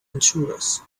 intruders